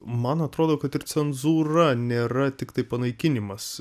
man atrodo kad ir cenzūra nėra tiktai panaikinimas